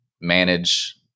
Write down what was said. manage